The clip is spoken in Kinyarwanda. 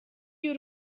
y’u